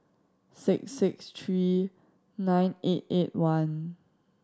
six six three nine eight eight one